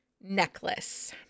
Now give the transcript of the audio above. necklace